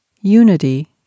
Unity